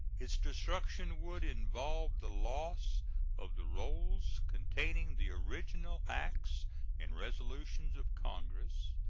its destruction would involve the loss of the rolls containing the original acts and resolutions of congress,